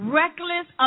reckless